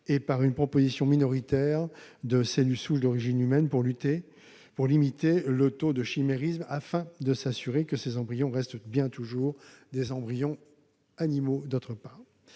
en fixant une proportion minoritaire de cellules d'origine humaine pour limiter le taux de chimérisme, afin de s'assurer que ces embryons restent bien toujours des embryons animaux.